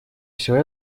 все